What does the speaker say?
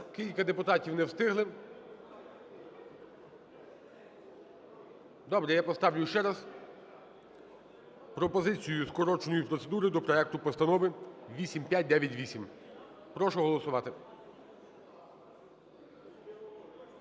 Кілька депутатів не встигли. Добре, я поставлю ще раз пропозицію скороченої процедури до проекту Постанови 8598. Прошу голосувати.